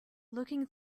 looking